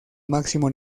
máximo